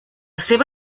seva